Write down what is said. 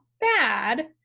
bad